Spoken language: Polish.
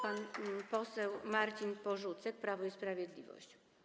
Pan poseł Marcin Porzucek, Prawo i Sprawiedliwość.